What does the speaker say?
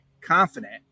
confident